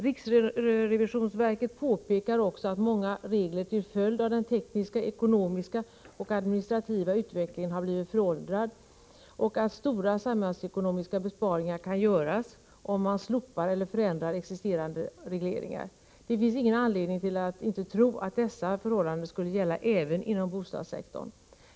Riksrevisionsverket påpekar också att många regler till följd av den tekniska, ekonomiska och administrativa utvecklingen har blivit föråldrade och att stora samhällsekonomiska besparingar kan göras om man slopar eller förändrar existerande regleringar. Det finns ingen anledning att tro annat än att detta skulle gälla även inom bostadssektorn.